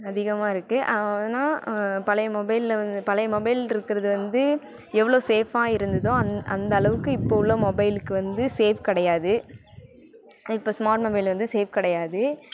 அதிகமாக இருக்கு ஆனால் பழைய மொபைலில் வந்து பழைய மொபைல் இருக்கிறது வந்து எவ்வளோ சேஃபாக இருந்துதோ அந்த அந்தளவுக்கு இப்போ உள்ள மொபைலுக்கு வந்து சேஃப் கிடையாது இப்போ ஸ்மார்ட் மொபைல் வந்து சேஃப் கிடையாது